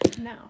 No